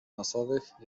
nosowych